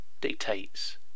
dictates